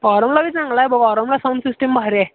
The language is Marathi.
ऑरमला बी चांगला आहे बाबा ऑरमला साऊंड सिस्टिम भारी आहे